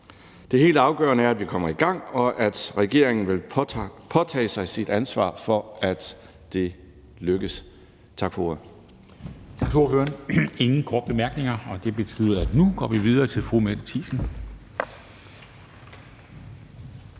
Det helt afgørende er, at vi kommer i gang, og at regeringen vil påtage sig sit ansvar for, at det lykkes. Tak for ordet.